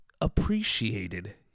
appreciated